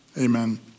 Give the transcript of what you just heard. Amen